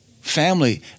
Family